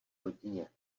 rodině